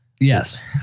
Yes